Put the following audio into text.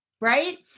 right